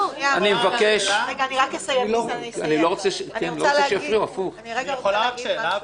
אני יכולה רק שאלה?